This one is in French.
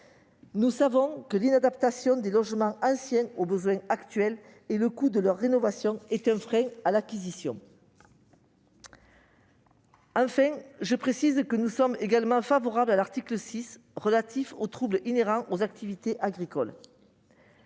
Nous savons que l'inadaptation des logements anciens aux besoins actuels et le coût de leur rénovation sont des freins à l'acquisition. Enfin, je précise que nous sommes également favorables à l'article 6 relatif aux troubles inhérents aux activités agricoles.